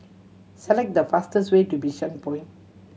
select the fastest way to Bishan Point